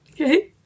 Okay